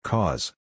Cause